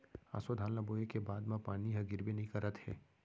ऑसो धान ल बोए के बाद म पानी ह गिरबे नइ करत हे